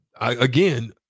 again